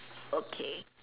okay